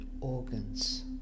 organs